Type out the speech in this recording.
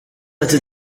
ati